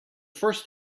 first